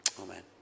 Amen